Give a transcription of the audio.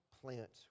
plant